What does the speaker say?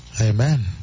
Amen